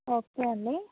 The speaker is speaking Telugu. ఓకే అండి